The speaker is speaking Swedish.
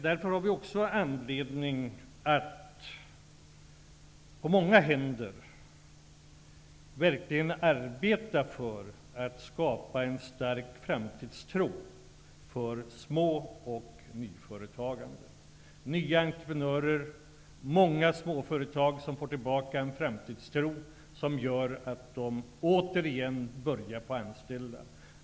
Därför har vi också anledning att på många händer verkligen arbeta för att skapa en stark framtidstro för småoch nyföretagande, för nya entreprenörer och för många småföretag som får tillbaka en framtidstro som gör att de återigen börjar anställa folk.